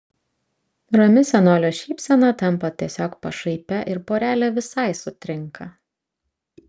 rami senolio šypsena tampa tiesiog pašaipia ir porelė visai sutrinka